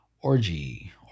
Orgy